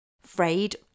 frayed